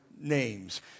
names